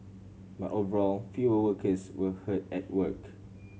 but overall fewer workers were hurt at work